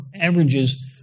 averages